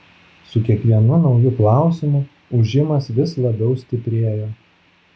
su kiekvienu nauju klausimu ūžimas vis labiau stiprėjo